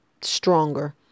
Stronger